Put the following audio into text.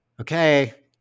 Okay